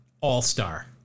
All-star